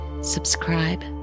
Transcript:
Subscribe